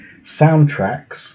soundtracks